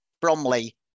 Bromley